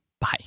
Bye